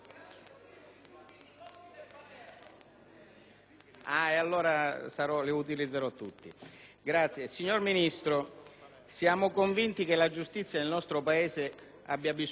signor Ministro, siamo convinti che la giustizia nel nostro Paese abbia bisogno di cambiamenti sostanziali;